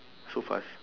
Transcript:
so fast